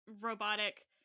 robotic